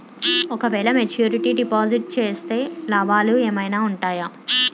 ఓ క వేల maturity deposit చేస్తే లాభాలు ఏమైనా ఉంటాయా?